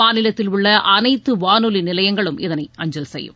மாநிலத்தில் உள்ள அனைத்து வானொலி நிலையங்களும் இதனை அஞ்சல் செய்யும்